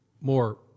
more